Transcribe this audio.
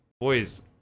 Boys